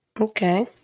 Okay